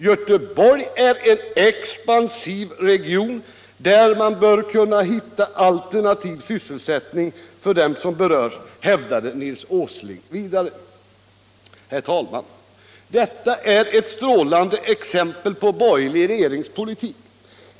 Göteborg är en expansiv region där man bör kunna hitta alternativ sysselsättning för dem som berörs, hävdade Nils G Åsling.” Herr talman! Detta är ett strålande exempel på borgerlig regeringspolitik.